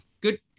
Good